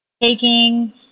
taking